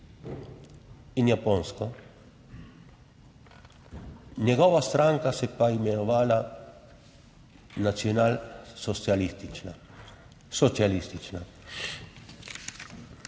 in Japonsko, njegova stranka se je pa imenovala nacionalsocialistična,